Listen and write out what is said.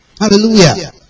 Hallelujah